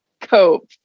cope